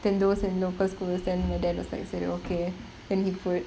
than those in local schools then my dad was like is it okay then he put